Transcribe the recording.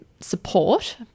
support